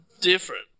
different